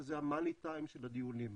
שזה המאני-טיים של הדיונים,